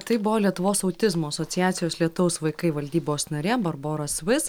tai buvo lietuvos autizmo asociacijos lietaus vaikai valdybos narė barbora svis